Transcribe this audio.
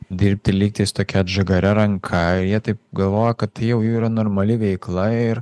dirbti lygtais tokia atžagaria ranka jie taip galvoja kad jau jų yra normali veikla ir